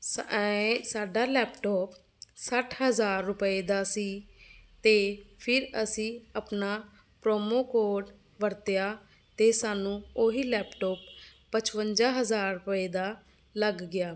ਸਾਡਾ ਲੈਪਟੋਪ ਸੱਠ ਹਜ਼ਾਰ ਰੁਪਏ ਦਾ ਸੀ ਅਤੇ ਫਿਰ ਅਸੀਂ ਆਪਣਾ ਪ੍ਰੋਮੋ ਕੋਡ ਵਰਤਿਆ ਅਤੇ ਸਾਨੂੰ ਉਹੀ ਲੈਪਟੋਪ ਪਚਵੰਜਾ ਹਜ਼ਾਰ ਰੁਪਏ ਦਾ ਲੱਗ ਗਿਆ